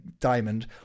diamond